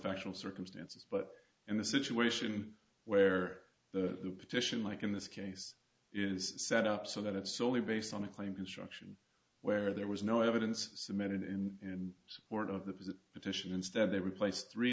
factual circumstances but in the situation where the petition like in this case is set up so that it's only based on a claim construction where there was no evidence submitted in support of the petition instead they replace three